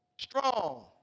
strong